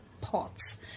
pots